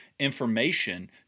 information